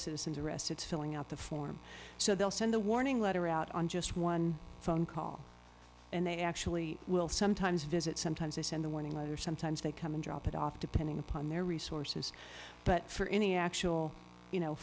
citizen's arrest it's filling out the form so they'll send the warning letter out on just one phone call and they actually will sometimes visit sometimes they send the warning letter sometimes they come in drop it off depending upon their resources but for any actual you know